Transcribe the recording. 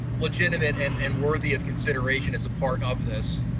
legitimate and and worthy of consideration as a part of this.